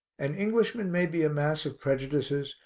an englishman may be a mass of prejudices,